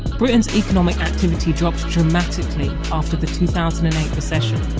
britain's economic activity dropped dramatically after the two thousand and eight recession.